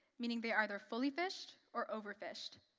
meaning they're either fully fished or overfished.